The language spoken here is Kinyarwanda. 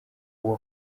uwo